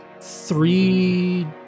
three